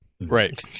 Right